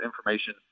information